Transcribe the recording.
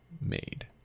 made